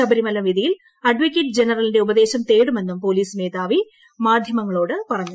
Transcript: ശബരിമല വിധിയിൽ അഡ്വക്കറ്റ് ജനറലിന്റെ ഉപദേശം തേടുമെന്നും പോലീസ് മേധാവി മാധ്യമങ്ങളോട് പറഞ്ഞു